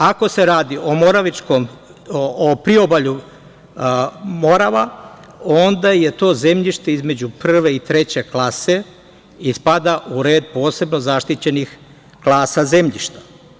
Ako se radi o priobalju Morava, onda je to zemljište između prve i treće klase i spada u red posebno zaštićenih klasa zemljišta.